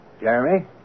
Jeremy